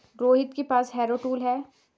रोहित के पास harrow tool है